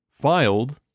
filed